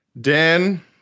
Dan